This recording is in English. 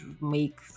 make